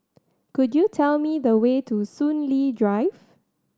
could you tell me the way to Soon Lee Drive